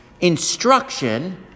instruction